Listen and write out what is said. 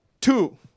Two